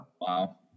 Wow